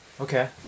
Okay